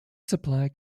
supply